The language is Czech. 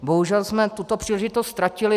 Bohužel jsme tuto příležitost ztratili.